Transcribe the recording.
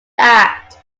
act